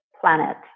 planet